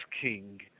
king